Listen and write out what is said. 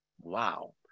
wow